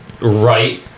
right